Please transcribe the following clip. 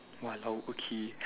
!walao! okay